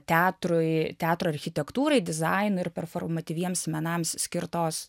teatrui teatro architektūrai dizainui ir performatyviems menams skirtos